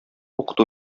укыту